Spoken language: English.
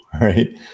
right